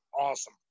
awesome